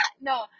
no